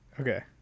Okay